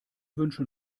wünschen